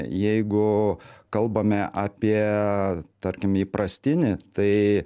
jeigu kalbame apie tarkim įprastinį tai